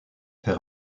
fait